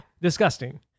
Disgusting